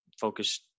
Focus